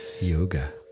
Yoga